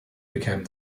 became